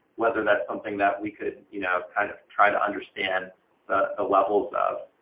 whether that's something that we could you know kind of try to understand the levels of.